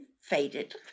faded